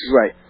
Right